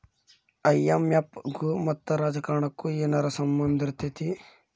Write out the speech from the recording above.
IMF ಗು ಮತ್ತ ರಾಜಕಾರಣಕ್ಕು ಏನರ ಸಂಭಂದಿರ್ತೇತಿ?